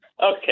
Okay